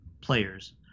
players